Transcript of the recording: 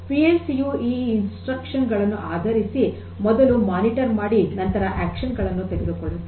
PL C ಯು ಈ instruction ಗಳನ್ನು ಆಧರಿಸಿ ಮೊದಲು ಮೇಲ್ವಿಚಾರಣೆ ಮಾಡಿ ನಂತರ ಕ್ರಿಯೆಗಳನ್ನು ತೆಗೆದುಕೊಳ್ಳುತ್ತದೆ